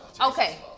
Okay